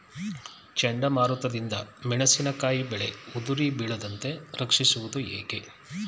ಚಂಡಮಾರುತ ದಿಂದ ಮೆಣಸಿನಕಾಯಿ ಬೆಳೆ ಉದುರಿ ಬೀಳದಂತೆ ರಕ್ಷಿಸುವುದು ಹೇಗೆ?